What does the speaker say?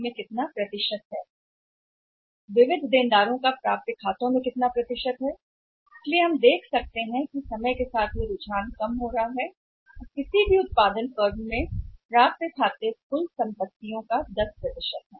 और प्राप्य खातों के प्रतिशत के रूप में विविध देनदार का प्रतिशत कितना है हमने देखा है कि प्रवृत्ति घट रही है यदि आप समय की अवधि में देखते हैं कि प्रवृत्ति घट रही है वह प्राप्य किसी निर्माण फर्म में कुल संपत्ति का लगभग 10 होता है